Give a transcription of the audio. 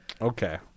okay